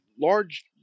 large